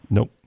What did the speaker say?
Nope